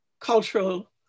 cultural